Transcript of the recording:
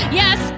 yes